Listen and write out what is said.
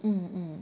mm mm